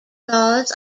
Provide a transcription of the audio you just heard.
laws